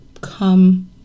come